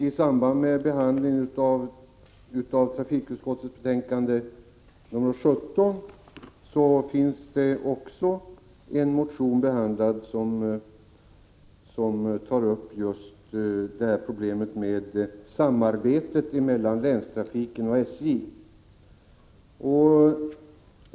I trafikutskottets betänkande 17 finns också en motion behandlad som tar upp problemet med samarbetet mellan länstrafiken och SJ.